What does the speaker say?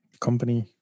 company